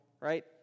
right